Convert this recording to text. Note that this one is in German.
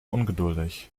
ungeduldig